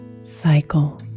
cycle